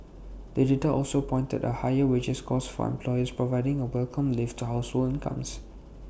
the data also pointed to higher wages costs for employers providing A welcome lift to household incomes